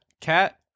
Cat